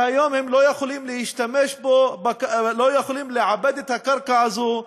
והיום הם לא יכולים לעבד את הקרקע הזאת,